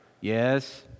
Yes